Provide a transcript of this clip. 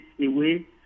away